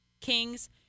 Kings